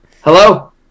Hello